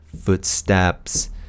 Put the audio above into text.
footsteps